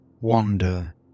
wander